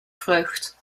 vreugd